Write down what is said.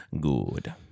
Good